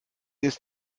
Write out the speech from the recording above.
ist